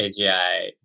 AGI